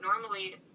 normally